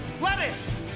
Lettuce